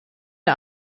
der